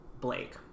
Blake